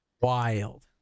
wild